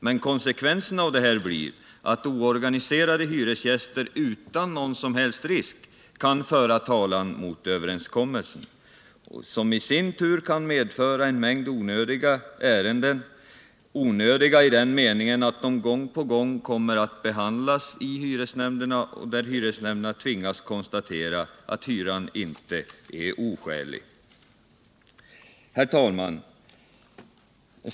Men konsckvensen av detta blir att oorganiserade hyresgäster utan någon som helst risk kan föra talan mot överenskommelsen. Detta kan i sin tur medföra en mängd onödiga ärenden - onödiga I den meningen att de gång på gång kommer att behandlas i hyresnämnderna och hyresnämnderna tvingas konstatera att hyran inte är oskälig. Herr talman!